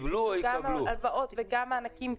קיבלו גם הלוואות וגם מענקים.